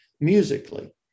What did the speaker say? musically